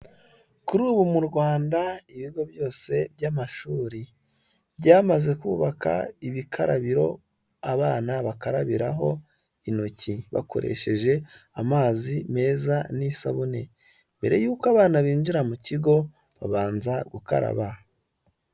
Kuri ubu mu Rwanda ibigo byose by'amashuri byamaze kubaka ibikarabiro abana bakarabiraho intoki bakoresheje amazi meza n'isabune, mbere y'uko abana binjira mu kigo babanza gukaraba.